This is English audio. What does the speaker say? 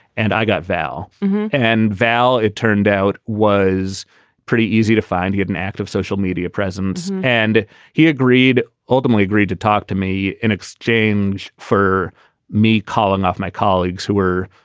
and i got val and val, it turned out, was pretty easy to find. he had an active social media presence and he agreed ultimately agreed to talk to me in exchange for me calling off my colleagues who were,